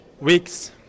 weeks